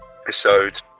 episode